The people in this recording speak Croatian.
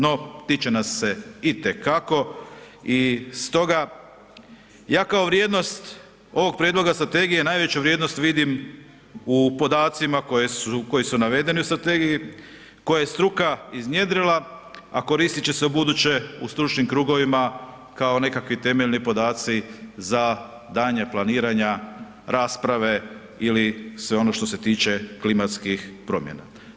No tiče nas se itekako i stoga ja kao vrijednost ovog prijedloga strategije najveću vrijednost vidim u podacima koji su navedeni u strategiji koje je struka iznjedrila, a koristi će se ubuduće u stručnim krugovima kao nekakvi temeljni podaci za daljnja planiranja, rasprave ili sve ono što se tiče klimatskih promjena.